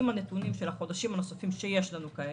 עם נתונים של חודשים נוספים שיש לנו כעת,